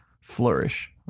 flourish